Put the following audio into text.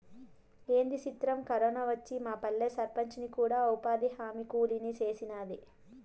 ఏంది సిత్రం, కరోనా వచ్చి మాపల్లె సర్పంచిని కూడా ఉపాధిహామీ కూలీని సేసినాది